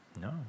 No